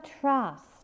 trust